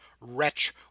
wretch